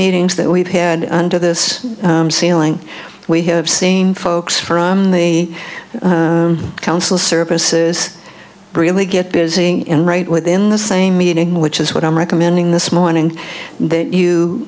meetings that we've had under this ceiling we have seen folks from the council services really get busying in right within the same meeting which is what i'm recommending this morning that you